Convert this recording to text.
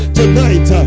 tonight